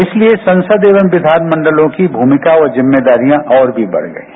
इसलिए संसद एवं विधानमंडलों की भूमिका और जिम्मेदारियां और भी बढ़ गई है